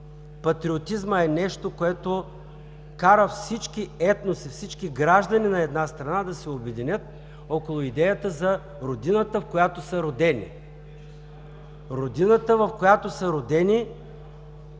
Патриотизмът е нещо, което кара всички етноси, всички граждани на една страна да се обединят около идеята за Родината, в която са родени. Родината, в която са родени